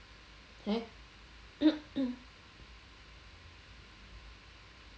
eh